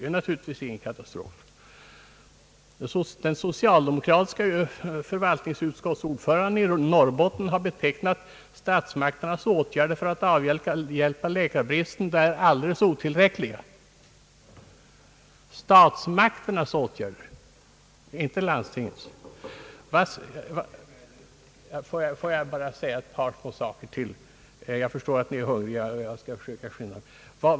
Är det ingen katastrof? Den socialdemokratiske förvaltningsutskottsordföranden i Norrbotten har betecknat statsmakternas åtgärder för att avhjälpa läkarbristen där som alldeles otillräckliga — statsmakternas, inte landstingets, herr Söderberg! Får jag bara säga ett par saker till.